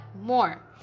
more